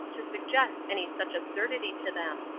to suggest any such absurdity to them.